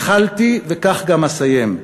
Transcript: התחלתי וכך גם אסיים: